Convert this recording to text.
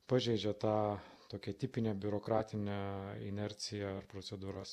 pažeidžia tą tokia tipinė biurokratinę inerciją procedūras